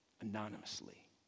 anonymously